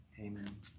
Amen